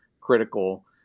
critical